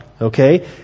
Okay